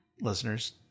Listeners